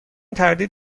تردید